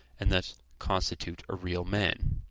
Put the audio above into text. and thus constitute a real man.